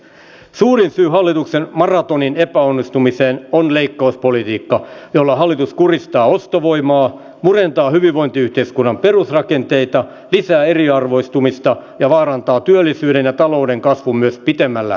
suurin syy hallituksen maratonin epäonnistumiseen on leikkauspolitiikka jolla hallitus kuristaa ostovoimaa murentaa hyvinvointiyhteiskunnan perusrakenteita lisää eriarvoistumista ja vaarantaa työllisyyden ja talouden kasvun myös pitemmällä aikavälillä